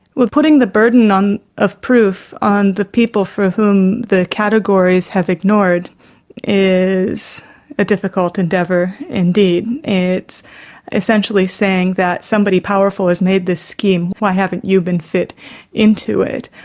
well, putting the burden of proof on the people for whom the categories have ignored is a difficult endeavour indeed. it's essentially saying that somebody powerful has made this scheme, why haven't you been fit into it.